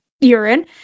urine